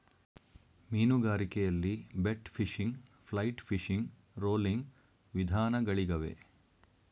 ಮೀನುಗಾರಿಕೆಯಲ್ಲಿ bait fishing, flight fishing, rolling ವಿಧಾನಗಳಿಗವೆ